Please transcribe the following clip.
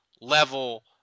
level